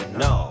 no